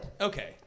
Okay